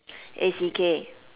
A C K